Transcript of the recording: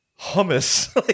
hummus